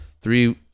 three